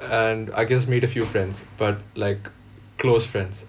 and I guess meet a few friends but like close friends